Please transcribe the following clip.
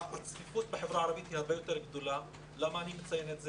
הצפיפות בחברה הערבית היא הרבה יותר גדולה ואני מציין את זה